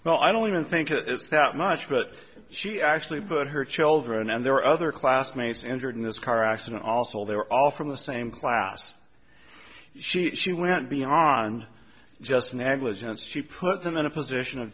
well i don't even think it is that much but she actually put her children and there are other classmates injured in this car accident also they were all from the same class she she went beyond just negligence to put them in a position of